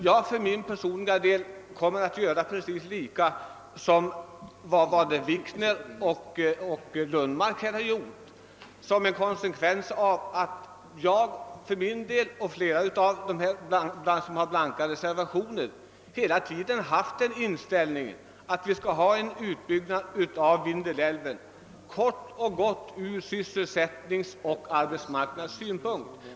Jag för min del kommer att göra precis som herr Wikner och herr Lundmark och ansluta mig till herr Skoglunds yrkande. Vi som avgivit den blanka reservationen har ju hela tiden haft den inställningen att en utbyggnad av Vindelälven skall göras ur sysselsättningsoch arbetsmarknadssynpunkt.